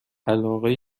علاقه